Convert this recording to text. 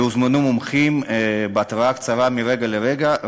והוזמנו מומחים בהתראה קצרה, מרגע לרגע.